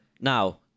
now